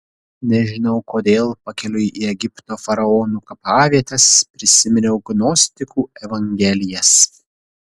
nežinau kodėl pakeliui į egipto faraonų kapavietes prisiminiau gnostikų evangelijas